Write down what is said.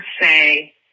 say